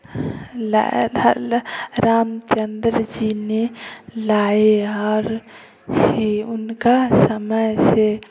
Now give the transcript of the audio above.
रामचंद्र जी ने लाए और उनका समय से